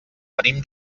venim